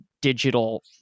digital